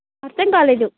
అర్థం కాలేదు